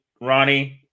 Ronnie